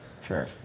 Sure